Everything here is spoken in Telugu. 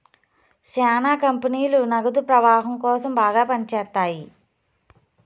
శ్యానా కంపెనీలు నగదు ప్రవాహం కోసం బాగా పని చేత్తాయి